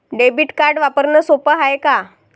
Debit card वापरणं सोप हाय का?